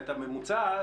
את הממוצע,